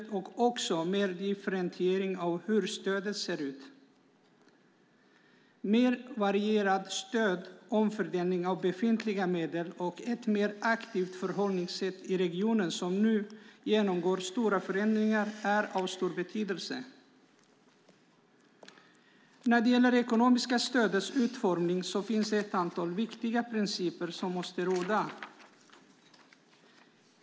Det är också viktigt med en differentiering av hur stödet ser ut. Mer varierat stöd, omfördelning av befintliga medel och ett mer aktivt förhållningssätt i regioner som nu genomgår stora förändringar är av stor betydelse. När det gäller det ekonomiska stödets utformning finns det ett antal viktiga principer som måste gälla.